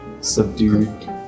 subdued